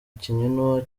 akina